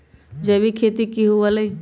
जैविक खेती की हुआ लाई?